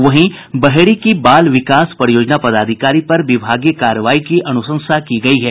वहीं बहेड़ी की बाल विकास परियोजना पदाधिकारी पर विभागीय कार्रवाई की अनुशंसा की गयी है